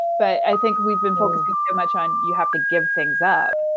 but i think we've been focusing so much on you have to give things up.